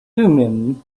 thummim